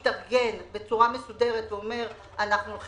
אם מישהו התארגן בצורה מסודרת ואמר שהוא הולך